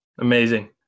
Amazing